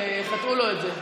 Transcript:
הצעת חוק צער בעלי חיים,